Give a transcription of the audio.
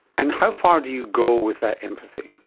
and how far do you go with that empathy?